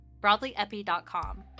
BroadlyEpi.com